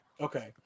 Okay